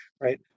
right